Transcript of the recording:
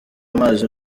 amazi